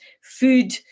food